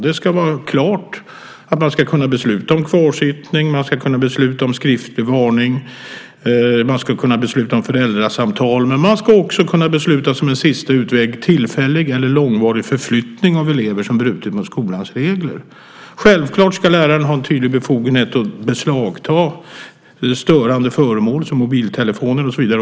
Det ska vara klart att man ska kunna besluta om kvarsittning, om skriftlig varning, om föräldrasamtal, men man ska också kunna besluta om, som en sista utväg, tillfällig eller långvarig förflyttning av elever som brutit mot skolans regler. Självklart ska läraren ha en tydlig befogenhet att beslagta störande föremål som mobiltelefoner och så vidare.